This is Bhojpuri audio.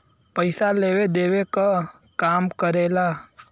पइसा लेवे देवे क काम करेला